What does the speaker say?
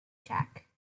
jack